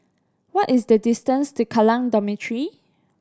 what is the distance to Kallang Dormitory